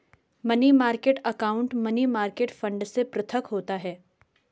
money market account money market fund से पृथक होता है